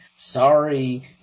Sorry